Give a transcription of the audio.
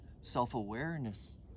self-awareness